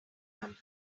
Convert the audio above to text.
from